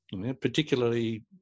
particularly